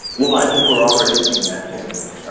well, i think we're already seeing that change.